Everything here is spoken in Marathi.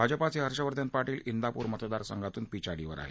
भाजपाचे हर्षवर्धन पाटील डापूर मतदारसंघातून पिछाडीवर आहेत